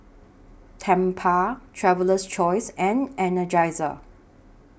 Tempur Traveler's Choice and Energizer